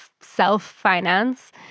self-finance